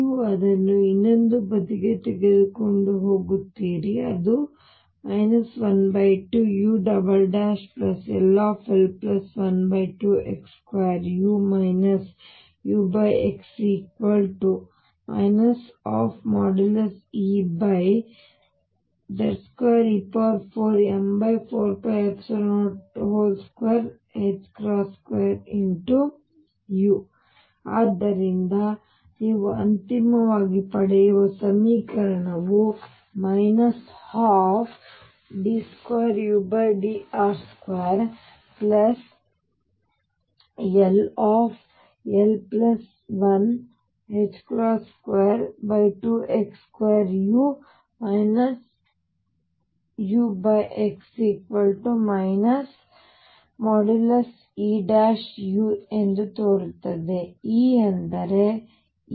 ನೀವು ಅದನ್ನು ಇನ್ನೊಂದು ಬದಿಗೆ ತೆಗೆದುಕೊಂಡು ಹೋಗುತ್ತೀರಿ ಅದು 12ull12x2u ux |E|Z2e4m4π022u ಆದ್ದರಿಂದ ನೀವು ಅಂತಿಮವಾಗಿ ಪಡೆಯುವ ಸಮೀಕರಣವು 12d2udr2 ll122x2u ux |E|u ತೋರುತ್ತಿದೆ